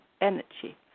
energy